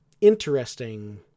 interesting